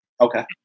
Okay